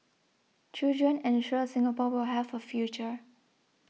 children ensure Singapore will have a future